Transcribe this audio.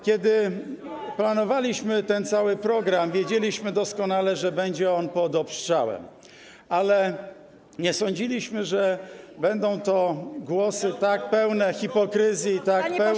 Kiedy planowaliśmy ten cały program, wiedzieliśmy doskonale, że będzie on pod obstrzałem, ale nie sądziliśmy, że będą to głosy tak pełne hipokryzji, tak pełne.